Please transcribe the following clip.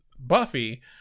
Buffy